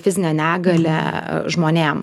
fizine negalia žmonėm